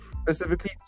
specifically